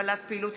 הגבלת פעילות),